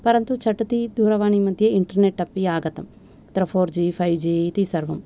परन्तु झटिति दूरवाणी मध्ये इण्टर्नेट् अपि आगतं तत्र पोर्जि पैव्जि इति सर्वं